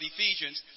Ephesians